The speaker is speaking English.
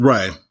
Right